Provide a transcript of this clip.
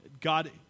God